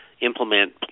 implement